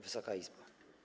Wysoka Izbo!